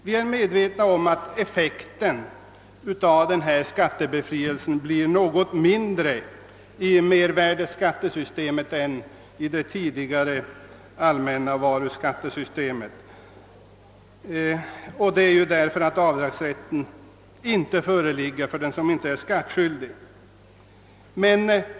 Vi är medvetna om att effekten av skattebefrielsen blir något mindre i mervärdeskattesystemet än i det tidigare allmänna varuskattesystemet, därför att avdragsrätt inte föreligger för den icke skattskyldige.